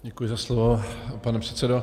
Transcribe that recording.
Děkuji za slovo, pane předsedo.